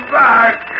back